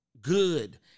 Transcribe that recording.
good